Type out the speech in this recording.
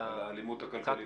על האלימות הכלכלית.